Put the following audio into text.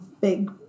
big